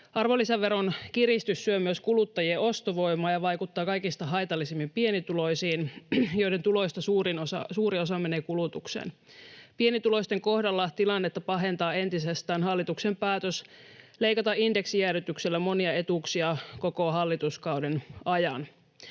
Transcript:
Arvonlisäveron kiristys syö myös kuluttajien ostovoimaa ja vaikuttaa kaikista haitallisimmin pienituloisiin, joiden tuloista suurin osa menee suoraan kulutukseen. Pienituloisten kohdalla tilannetta pahentaa entisestään hallituksen päätös leikata indeksijäädytyksillä monia etuuksia koko hallituskauden ajan.